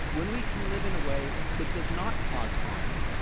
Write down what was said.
when we can live in a way that does not cause harm,